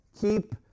keep